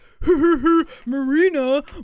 Marina